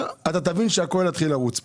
הכל יתחיל לרוץ פה.